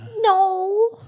No